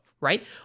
right